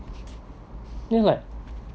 ya like